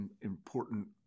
important